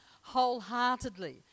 wholeheartedly